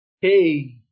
Hey